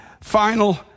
final